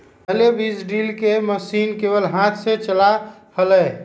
पहले बीज ड्रिल के मशीन केवल हाथ से चला हलय